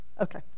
Okay